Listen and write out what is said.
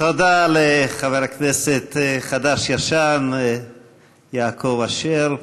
תודה לחבר הכנסת החדש-ישן יעקב אשר.